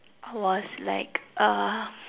I was like uh